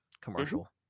commercial